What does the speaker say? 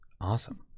Awesome